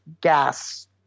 gas